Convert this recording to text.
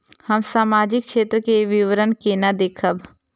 हम सामाजिक क्षेत्र के विवरण केना देखब?